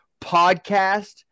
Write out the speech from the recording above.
podcast